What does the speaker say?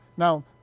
Now